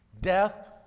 Death